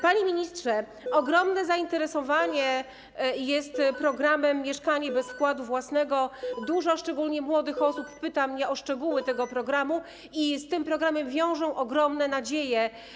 Panie ministrze, jest ogromne zainteresowanie programem mieszkanie bez wkładu własnego, wiele osób, szczególnie młodych osób, pyta mnie o szczegóły tego programu i z tym programem wiąże ogromne nadzieje.